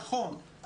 נכון,